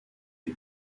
les